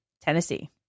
Tennessee